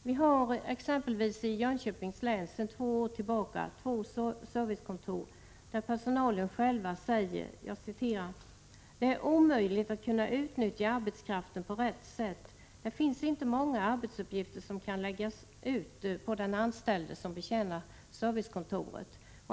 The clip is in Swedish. Vi har t.ex. i Jönköpings län sedan två år tillbaka två servicekontor där personalen själv säger: ”Det är omöjligt att kunna utnyttja arbetskraften på rätt sätt. Det finns inte många arbetsuppgifter som kan läggas på den anställde som betjänar servicekontoret.